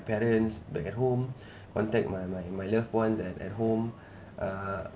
parents back at home contact my my my loved ones at at home err